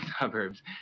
suburbs